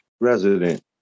resident